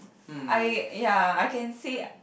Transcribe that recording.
I ya I can say